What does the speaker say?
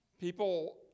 People